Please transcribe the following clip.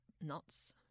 nuts